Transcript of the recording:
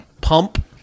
pump